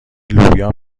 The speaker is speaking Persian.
لوبیا